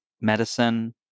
medicine